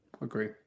agree